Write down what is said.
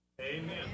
Amen